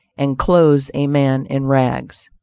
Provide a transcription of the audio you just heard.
and clothes a man in rags.